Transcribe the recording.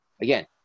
Again